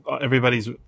everybody's